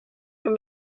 from